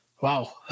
wow